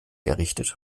errichtet